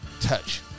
touch